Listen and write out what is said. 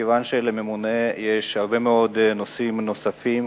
מאחר שלממונה יש הרבה מאוד נושאים נוספים,